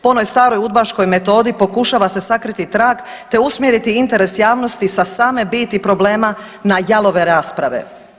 Po onoj staroj udbaškoj metodi pokušava se sakriti trag, te usmjeriti interes javnosti sa same biti problema na jalove rasprave.